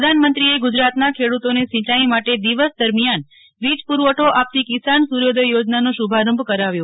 પ્રધાનમંત્રીએ ગુજરાતના ખેડ઼તોને સિંચાઇ માટેદિવસ દરમિયાન વિજ પુરવઠો આપતી કિસાન સૂર્યોદય યોજનાનો શુભારંભ કરાવ્યો